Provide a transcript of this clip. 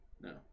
No